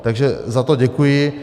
Takže za to děkuji.